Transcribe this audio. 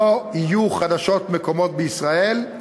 לא יהיו חדשות מקומיות בישראל,